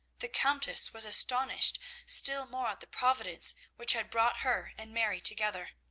the countess was astonished still more at the providence which had brought her and mary together.